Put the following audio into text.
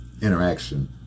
interaction